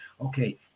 okay